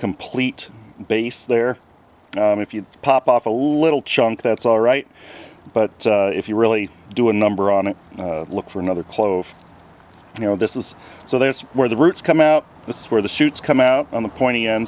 complete base there and if you pop off a little chunk that's all right but if you really do a number on it look for another clove you know this is so that's where the roots come out this is where the shoots come out on the point